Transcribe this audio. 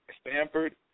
Stanford